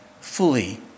fully